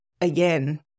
again